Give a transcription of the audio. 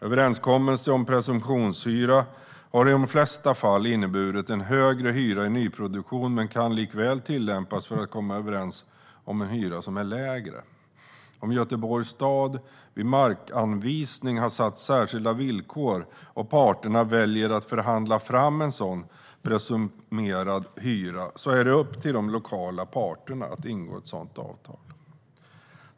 Överenskommelse om presumtionshyra har i de flesta fall inneburit en högre hyra i nyproduktion men kan likväl tillämpas för att komma överens om en hyra som är lägre. Om Göteborgs stad vid markanvisning har satt särskilda villkor och parterna väljer att förhandla fram en presumerad hyra är det upp till de lokala parterna att ingå ett sådant avtal.